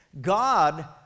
God